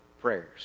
prayers